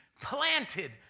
planted